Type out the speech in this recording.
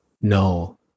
no